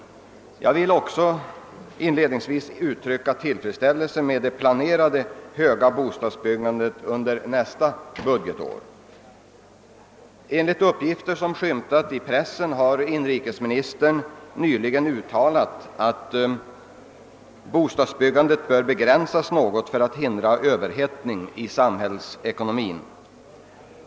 Jag vill inledningsvis även uttrycka tillfredsställelse med det planerade höga bostadsbyggandet under nästa budgetår. Enligt uppgifter som skymtat i pressen har inrikesministern nyligen uttalat att bostadsbyggandet bör begränsas något för att hindra överhettning i samhällsekonomin.